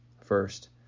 First